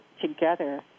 together